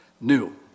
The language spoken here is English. new